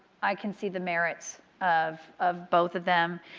i can see the merit of of both of them.